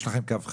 יש לכם קו חם?